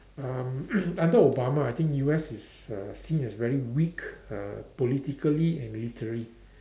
um under Obama I think U_S is uh seen as very weak uh politically and military